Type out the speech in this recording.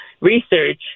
research